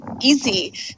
easy